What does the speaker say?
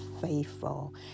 faithful